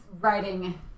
Writing